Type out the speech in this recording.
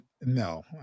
No